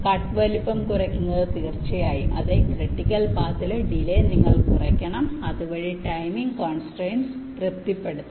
cut വലുപ്പം കുറയ്ക്കുന്നത് തീർച്ചയായും അതെ ക്രിട്ടിക്കൽ പാത്തിലെ ഡിലെ നിങ്ങൾ കുറയ്ക്കണം അതുവഴി ടൈമിംഗ് കോൺസ്ട്രയിന്റ്സ് തൃപ്തിപ്പെടുത്തണം